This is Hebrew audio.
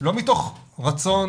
לא מתוך רצון,